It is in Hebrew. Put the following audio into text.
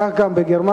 כך גם בגרמניה,